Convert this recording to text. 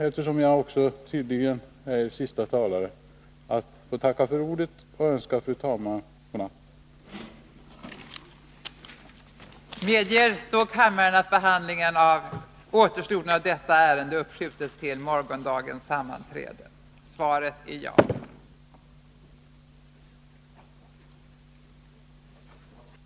Eftersom jag tydligen är den siste talaren i kväll ber jag att få tacka för ordet och önska fru talmannen god natt.